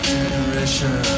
Generation